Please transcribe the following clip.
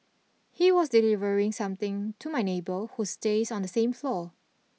he was delivering something to my neighbour who stays on the same floor